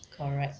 correct